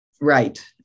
Right